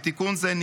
בתיקון זה,